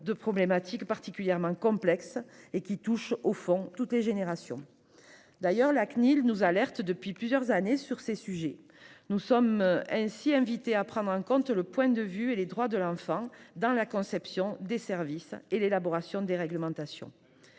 de questions particulièrement complexes touchant, au fond, toutes les générations. D'ailleurs, la Cnil nous alerte depuis plusieurs années sur ces sujets et nous incite à prendre en compte le point de vue et les droits de l'enfant dans la conception des services et l'élaboration des réglementations.